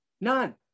none